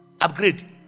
Upgrade